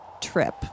trip